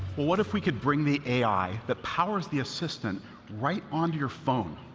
what if we could bring the ai that powers the assistant right onto your phone?